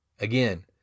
Again